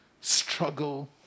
struggle